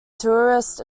tourist